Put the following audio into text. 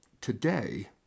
today